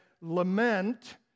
lament